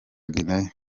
guinée